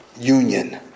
union